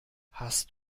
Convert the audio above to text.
hast